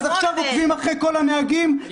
אז עכשיו עוקבים אחרי כל הנהגים -- זה כדי לשמור עליהם.